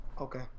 Okay